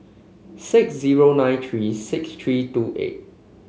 six zero nine three six three two eight